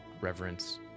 reverence